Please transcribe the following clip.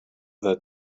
that